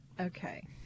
okay